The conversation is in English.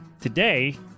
Today